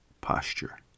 posture